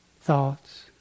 thoughts